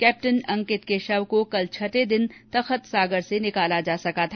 captain Ankit के शव को कल छठे दिन तख्तसागर से निकाला जा सका था